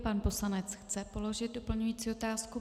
Pan poslanec chce položit doplňující otázku.